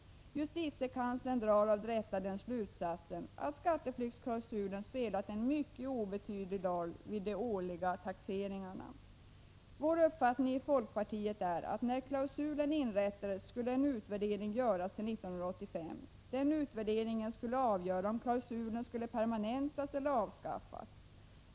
Justitiekanslern drar av detta den slutsatsen att skatteflyktsklausulen spelat en mycket obetydlig roll vid de årliga taxeringarna. Vår uppfattning i folkpartiet är att när klausulen inrättades skulle en utvärdering göras 1985. Den utvärderingen skulle avgöra om klausulen skulle permanentas eller avskaffas.